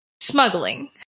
smuggling